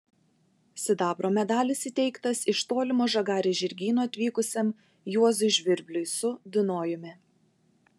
sidabro medalis įteiktas iš tolimo žagarės žirgyno atvykusiam juozui žvirbliui su dunojumi